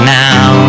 now